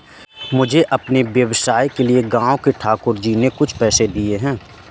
मुझे अपने व्यवसाय के लिए गांव के ठाकुर जी ने कुछ पैसे दिए हैं